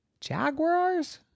Jaguars